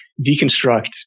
deconstruct